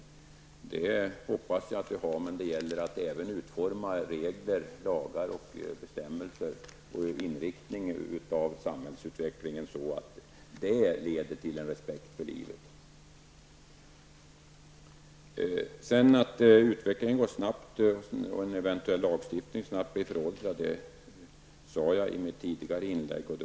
Ja, jag hoppas att det finns en respekt för livet. Men det gäller att även utforma regler, lagar och bestämmelser beträffande inriktningen av samhällsutvecklingen för att därmed skapa respekt för livet. Att utvecklingen går snabbt och att en lagstiftning snabbt kan bli föråldrad sade jag i ett tidigare inlägg.